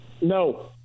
no